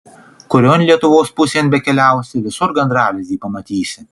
kurion lietuvos pusėn bekeliausi visur gandralizdį pamatysi